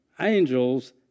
Angels